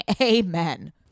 amen